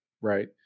right